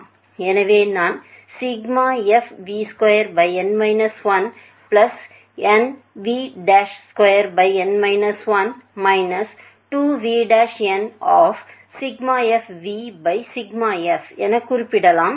எனவே நான் fv2n 1 nv2n 1 2vn என குறிப்பிடலாம்